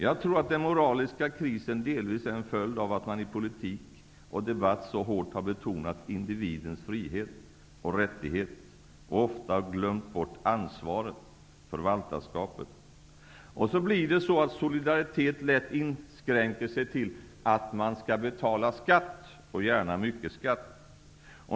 Jag tror att den moraliska krisen delvis är en följd av att man i politik och debatt så hårt har betonat individens frihet och rättighet och ofta glömt bort ansvaret, förvaltarskapet. Då inskränker sig lätt solidariteten till att man skall betala skatt och gärna mycket skatt.